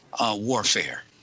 warfare